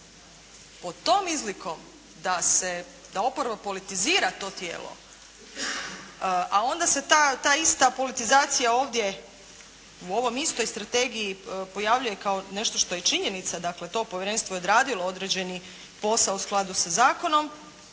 Pod tom izlikom da oporba politizira to tijelo, a onda se ta ista politizacija ovdje u ovoj istoj strategiji pojavljuje kao nešto što je činjenica, dakle to povjerenstvo je odradilo određeni posao u skladu sa zakonom,